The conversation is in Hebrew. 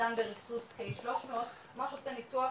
שדן בריסוס K-300 ממש עושה ניתוח